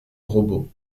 robot